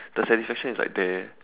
the satisfaction is like there